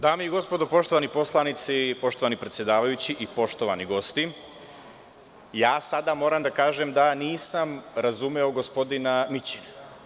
Dame i gospodo poštovani poslanici, poštovani predsedavajući i poštovani gosti, sada moram da kažem da nisam razumeo gospodina Mićina.